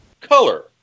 color